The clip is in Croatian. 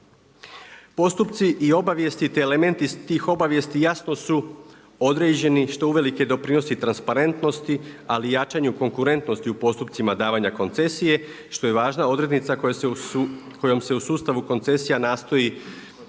Postupci i obavijesti te elementi iz tih obavijesti jasno su određeni što uvelike doprinosi transparentnosti, ali i jačanju konkurentnosti u postupcima davanja koncesije što je važna odrednica kojom se u sustavu koncesija nastoji